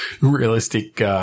realistic